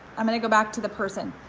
i'm gonna go back to the person,